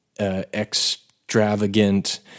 extravagant